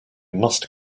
must